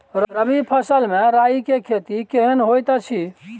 रबी फसल मे राई के खेती केहन होयत अछि?